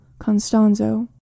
Constanzo